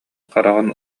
хараҕын